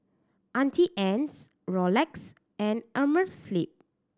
Auntie Anne's Rolex and Amerisleep